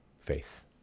faith